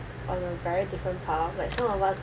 on a very different path like some of us